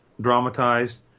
dramatized